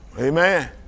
Amen